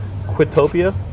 Quitopia